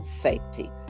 safety